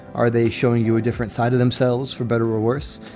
are they showing you a different side of themselves, for better or worse?